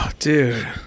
Dude